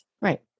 Right